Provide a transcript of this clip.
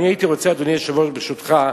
אני הייתי רוצה, אדוני היושב-ראש, ברשותך,